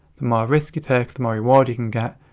the more risk you take, the more reward you can get.